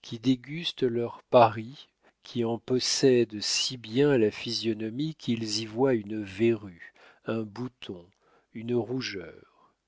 qui dégustent leur paris qui en possèdent si bien la physionomie qu'ils y voient une verrue un bouton une rougeur